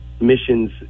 missions